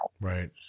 Right